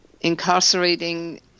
Incarcerating